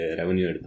revenue